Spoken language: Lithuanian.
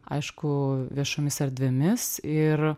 aišku viešomis erdvėmis ir